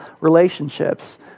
relationships